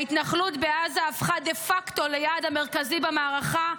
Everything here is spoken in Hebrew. ההתנחלות בעזה הפכה דה פקטו ליעד המרכזי במערכה,